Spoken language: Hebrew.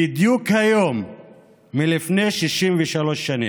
בדיוק היום לפני 63 שנים.